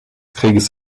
krieges